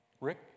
Rick